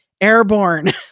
airborne